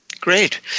Great